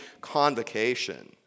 convocation